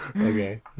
okay